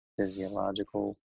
physiological